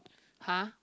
!huh!